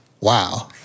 wow